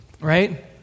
right